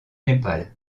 népal